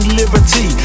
liberty